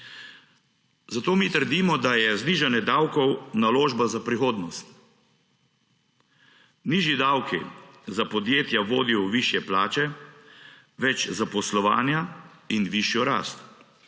Zato mi trdimo, da je znižanje davkov naložba za prihodnost. Nižji davki za podjetja vodijo v višje plače, več zaposlovanja in višjo rast.